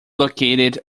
located